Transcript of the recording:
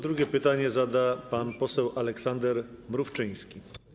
Drugie pytanie zada pan poseł Aleksander Mrówczyński.